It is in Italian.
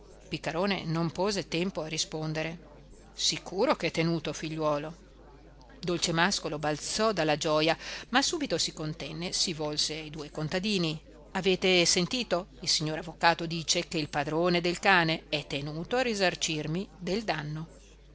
piccarone non pose tempo a rispondere sicuro che è tenuto figliuolo dolcemàscolo balzò dalla gioja ma subito si contenne si volse a due contadini avete sentito il signor avvocato dice che il padrone del cane è tenuto a risarcirmi del danno